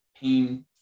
pain